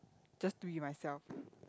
just to be myself